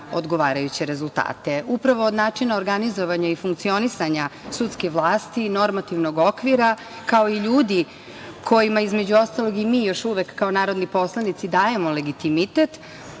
odgovarajuće rezultate. Upravo od načina organizovanja i funkcionisanja sudske vlasti i normativnog okvira, kao i ljudi kojima između ostalog, i mi još uvek kao narodni poslanici, dajemo legitimitet,